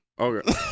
Okay